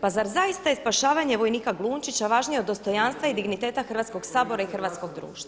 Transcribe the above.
Pa zar zaista je spašavanje vojnika Glunčića važnije od dostojanstva i digniteta Hrvatskoga sabora i hrvatskog društva?